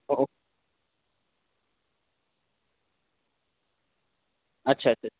ও আচ্ছা আচ্ছা